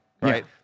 right